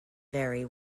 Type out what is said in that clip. vary